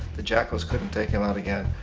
the jackals couldn't take him out again,